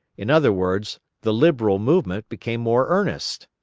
in other words, the liberal movement, became more earnest.